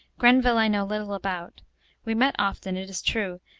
grenville, i know little about we met often, it is true,